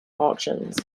auctions